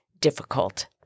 difficult